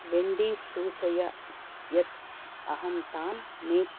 Wendy's सूचय यत् अहं तान् नेच्छामि